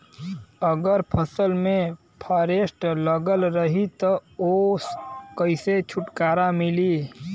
अगर फसल में फारेस्ट लगल रही त ओस कइसे छूटकारा मिली?